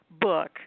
book